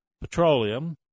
petroleum